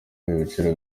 ibiciro